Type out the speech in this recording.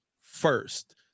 first